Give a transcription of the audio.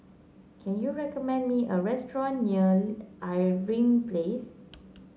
can you recommend me a restaurant near Irving Place